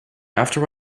after